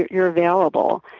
you're available.